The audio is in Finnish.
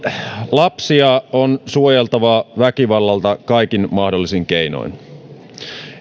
lapsia on suojeltava väkivallalta kaikin mahdollisin keinoin